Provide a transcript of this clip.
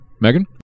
Megan